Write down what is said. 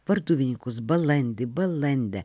varduvininkus balandį balandę